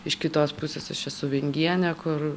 iš kitos pusės aš esu vingienė kur